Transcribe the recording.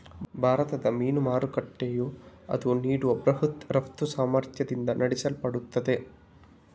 ಭಾರತದ ಮೀನು ಮಾರುಕಟ್ಟೆಯು ಅದು ನೀಡುವ ಬೃಹತ್ ರಫ್ತು ಸಾಮರ್ಥ್ಯದಿಂದ ನಡೆಸಲ್ಪಡುತ್ತದೆ